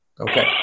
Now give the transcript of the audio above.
Okay